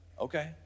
Okay